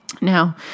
Now